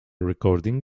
recording